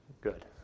Good